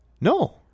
No